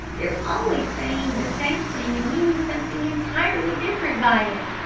they're always saying the same thing and meaning something entirely different by it.